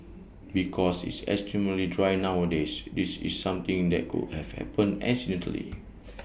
because it's extremely dry nowadays this is something that could have happened accidentally